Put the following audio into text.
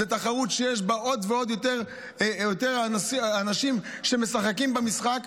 זו תחרות שיש בה עוד ועוד יותר אנשים שמשחקים במשחק.